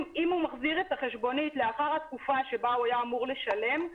אם הוא מחזיר את החשבונית לאחר התקופה שבה הוא היה אמור לשלם,